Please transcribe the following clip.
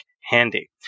handy